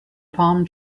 palm